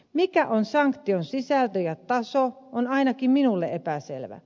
mikä on sanktion sisältö ja taso on ainakin minulle epäselvä